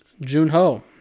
Jun-ho